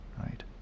right